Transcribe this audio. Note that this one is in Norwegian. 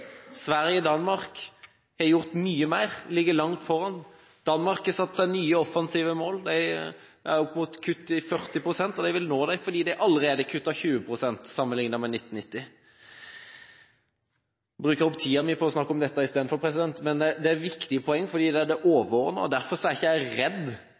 Sverige og Danmark har gjort mye mer. De ligger langt foran. Danmark har satt seg nye og offensive mål. De har mål om kutt opp mot 40 pst., og de vil nå dem, fordi de allerede har kuttet 20 pst. sammenlignet med 1990. Jeg bruker opp tiden min på å snakke om dette, men det er viktige poeng, for det er overordnet. Derfor er jeg ikke redd for at det